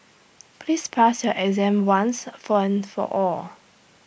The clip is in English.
please pass your exam once for and for all